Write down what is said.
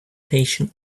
patient